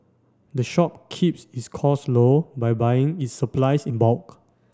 the shop keeps its costs low by buying its supplies in bulk